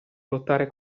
lottare